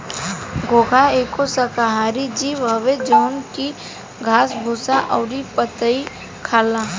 घोंघा एगो शाकाहारी जीव हवे जवन की घास भूसा अउरी पतइ खाला